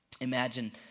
Imagine